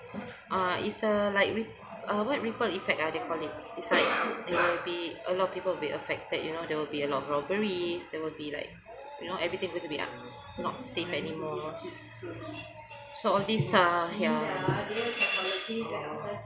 uh is a like rip~ uh what ripple effect uh they call it it's like to it'll be a lot of people be affected you know there will be a lot of robberies it there be like you know everything's gonna uh not safe anymore so all these uh ya